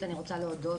גורליק,